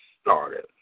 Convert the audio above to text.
started